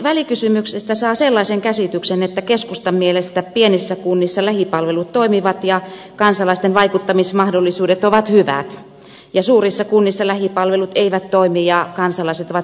välikysymyksestä saa sellaisen käsityksen että keskustan mielestä pienissä kunnissa lähipalvelut toimivat ja kansalaisten vaikuttamismahdollisuudet ovat hyvät ja suurissa kunnissa lähipalvelut eivät toimi ja kansalaiset ovat passiivisia